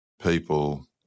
people